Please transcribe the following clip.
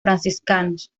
franciscanos